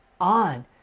on